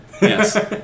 Yes